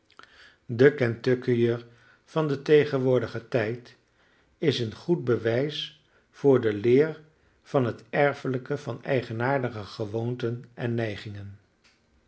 de kentuckiër van den tegenwoordigen tijd is een goed bewijs voor de leer van het erfelijke van eigenaardige gewoonten en